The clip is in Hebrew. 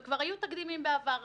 הזיכרונות כולם כתובים בוואטס-אפ.